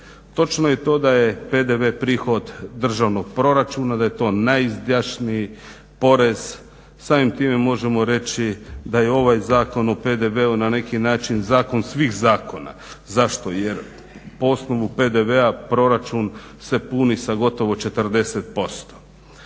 Točno je da je PDV prihod državnog proračuna da je to najizdašniji porez. Samim time možemo reći da je ovaj zakon o PDV-u na neki način zakon svih zakona. Zašto? Jer po osnovu PDV-a proračun se puni sa gotovo 40%.